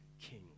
king